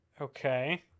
okay